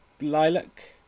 lilac